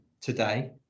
today